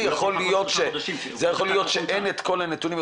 יכול להיות שאין את כל הנתונים,